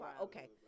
Okay